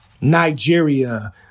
Nigeria